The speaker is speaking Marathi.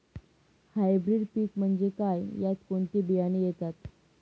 हायब्रीड पीक म्हणजे काय? यात कोणते बियाणे येतात?